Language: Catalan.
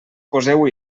poseu